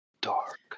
Dark